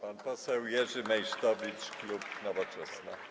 Pan poseł Jerzy Meysztowicz, klub Nowoczesna.